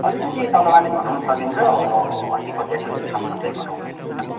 अलिकति तल माथि घटाउनु सकिन्छ अब असी पचासी रुपियाँसम्म चाहिँ घटाउन मिल्छ